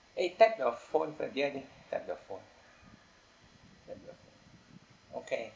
eh tap your phones again tap your phone tap your phone okay